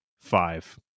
five